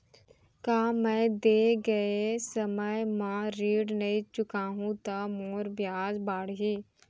का मैं दे गए समय म ऋण नई चुकाहूँ त मोर ब्याज बाड़ही?